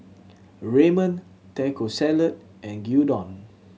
Ramen Taco Salad and Gyudon